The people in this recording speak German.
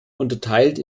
unterteilt